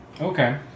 Okay